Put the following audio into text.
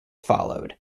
followed